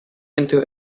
into